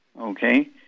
Okay